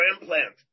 implant